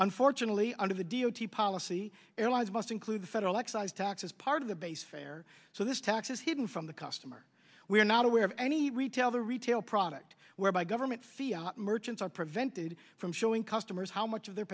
unfortunately under the d o t policy airlines must include the federal excise tax as part of the base fare so this tax is hidden from the customer we are not aware of any retailer retail product where by government fiat merchants are prevented from showing customers how much of their